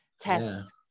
test